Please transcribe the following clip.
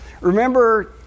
Remember